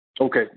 Okay